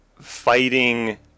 fighting